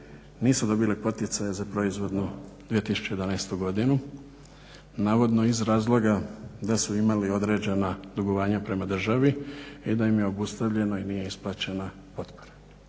nisu dobili poticaje za proizvodnu 2011. godinu, navodno iz razloga da su imali određena dugovanja prema državi i da im je obustavljano i nije isplaćena potpora.